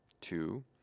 two